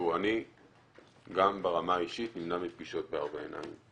אני גם ברמה האישית נמנע מפגישות בארבע עיניים.